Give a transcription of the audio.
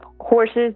horses